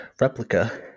replica